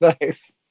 Nice